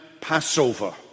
Passover